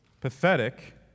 pathetic